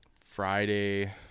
Friday